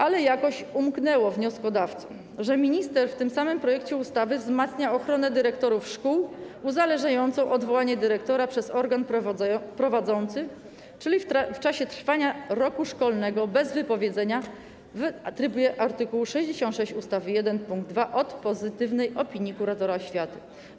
Ale jakoś umknęło wnioskodawcom, że minister w tym samym projekcie ustawy wzmacnia ochronę dyrektorów szkół, uzależniając odwołanie dyrektora przez organ prowadzący w czasie trwania roku szkolnego, bez wypowiedzenia, w trybie art. 66 ust. 1 pkt 2 od pozytywnej opinii kuratora oświaty.